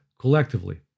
collectively